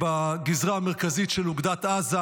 בגזרה המרכזית של אוגדת עזה,